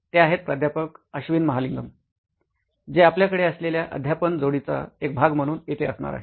ते आहेत प्राध्यापक अश्विन महालिंगम जे आपल्याकडे असलेल्या अध्यापन जोडीचा एक भाग म्हणून येथे असणार आहेत